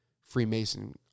freemason